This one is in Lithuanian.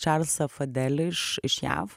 čarlsą fadelį iš iš jav